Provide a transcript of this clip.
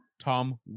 Tom